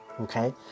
Okay